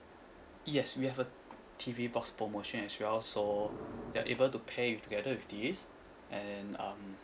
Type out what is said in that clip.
yes we have a T_V box promotion as well so you are able to pay it together with this and uh